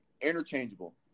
interchangeable